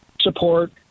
support